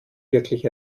wirklich